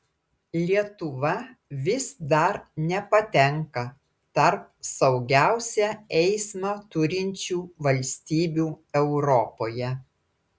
lietuva vis dar nepatenka tarp saugiausią eismą turinčių valstybių europoje